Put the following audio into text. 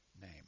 name